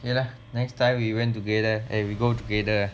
you know next time we went together and we go together